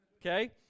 Okay